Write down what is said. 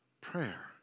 Prayer